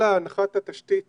כל הנחת התשתית